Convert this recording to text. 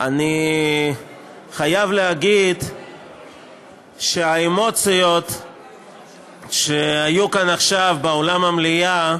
אני חייב להגיד שהאמוציות שהיו כאן עכשיו באולם המליאה